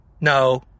No